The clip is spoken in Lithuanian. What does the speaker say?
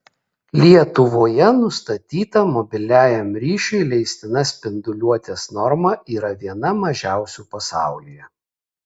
lietuvoje nustatyta mobiliajam ryšiui leistina spinduliuotės norma yra viena mažiausių pasaulyje